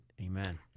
amen